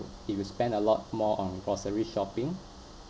if you spend a lot more on grocery shopping